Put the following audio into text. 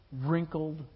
wrinkled